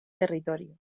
territorio